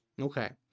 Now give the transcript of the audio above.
Okay